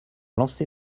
lancer